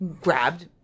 grabbed